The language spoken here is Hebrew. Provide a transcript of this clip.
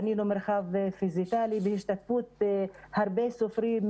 בנינו מרחב פיזיקאלי בהשתתפות הרבה סופרים,